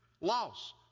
loss